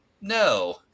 No